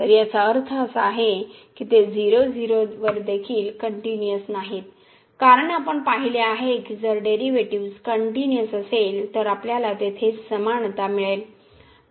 तर याचा अर्थ असा आहे की ते 00 वर देखील कनटिन्यूअस नाहीत कारण आपण पाहिले आहे की जर डेरिव्हेटिव्ह्ज कनटिन्यूअस असतील तर आपल्याला तिथे समानतामिळेल